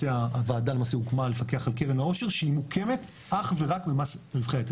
הועדה הוקמה לפקח על קרן העושר שהיא מוקמת אך ורק ממס על רווחי היתר.